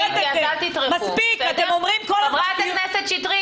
מספיק, אתם אומרים כל הזמן ---.